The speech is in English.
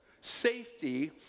safety